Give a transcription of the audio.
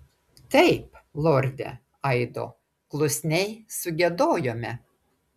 taip lorde aido klusniai sugiedojome